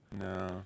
No